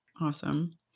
Awesome